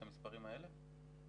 את המספרים האלה?